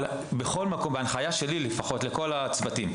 למרות שההנחיה שלי לכל הצוותים,